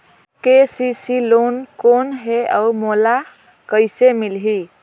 KCC loan कौन हे अउ मोला कइसे मिलही?